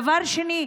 דבר שני,